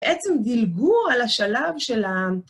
בעצם דילגו על השלב של ה...